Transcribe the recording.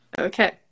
Okay